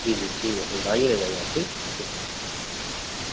جی جی ٹھیک ہے ٹھیک ہے آئیے لے جائیے آپ ٹھیک ٹھیک